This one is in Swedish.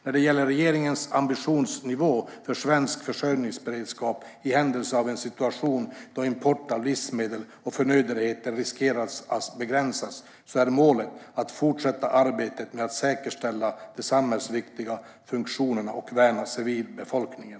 När det gäller regeringens ambitionsnivå för svensk försörjningsberedskap i händelse av en situation då import av livsmedel och förnödenheter riskerar att begränsas är målet att fortsätta arbetet med att säkerställa de samhällsviktiga funktionerna och värna civilbefolkningen.